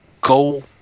go